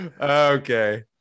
Okay